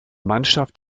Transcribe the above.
mannschaft